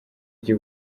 jya